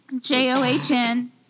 J-O-H-N